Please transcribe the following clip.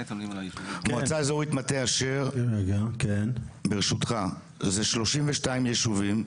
מועצה אזורית מטה אשר היא שלושים ושתיים ישובים,